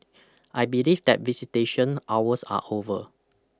I believe that visitation hours are over